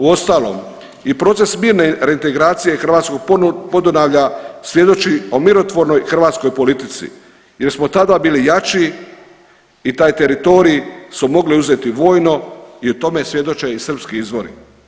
Uostalom i proces mirne reintegracije hrvatskog Podunavlja svjedoči o mirotvornoj hrvatskoj politici jer smo tada bili jači i taj teritorij smo mogli uzeti vojno i o tome svjedoče i srpski izvori.